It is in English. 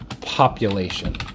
Population